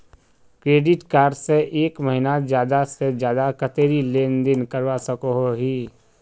Credit card से एक महीनात ज्यादा से ज्यादा कतेरी लेन देन करवा सकोहो ही?